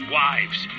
wives